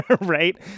right